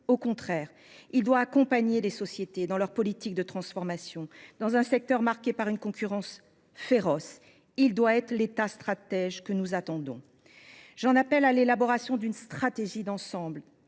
Au contraire, il doit accompagner les sociétés de l’audiovisuel public dans leur politique de transformation, dans un secteur marqué par une concurrence féroce. En somme, il doit être l’État stratège que nous attendons. J’appelle à l’élaboration d’une stratégie d’ensemble